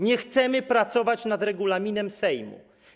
Nie chcemy pracować nad regulaminem Sejmu.